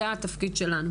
זה התפקיד שלנו.